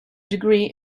degree